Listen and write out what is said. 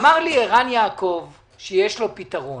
אמר לי ערן יעקב, שיש לו פתרון